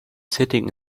sitting